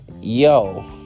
yo